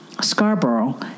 Scarborough